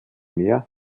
mehr